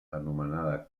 anomenada